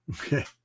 Okay